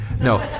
No